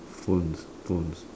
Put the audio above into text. phones phones